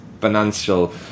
financial